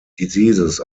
diseases